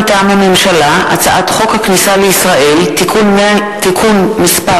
מטעם הממשלה: הצעת חוק הכניסה לישראל (תיקון מס'